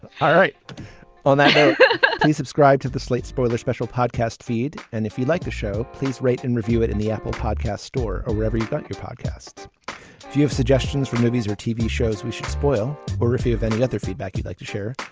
right on that i subscribe to the slate spoiler special podcast feed and if you'd like the show please write and review it in the apple podcast store or whatever you think your podcast. if you have suggestions for movies or tv shows we should spoil or if you have any other feedback you'd like to share.